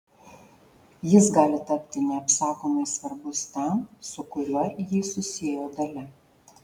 jis gali tapti neapsakomai svarbus tam su kuriuo jį susiejo dalia